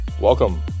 Welcome